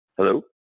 Hello